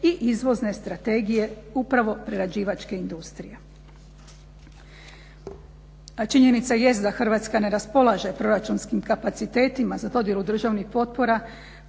i izvozne strategije upravo prerađivačke industrije. A činjenica jest da Hrvatska ne raspolaže proračunskim kapacitetima za dodjelu državnih potpora